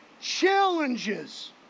challenges